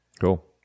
cool